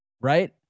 Right